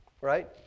right